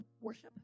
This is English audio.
worship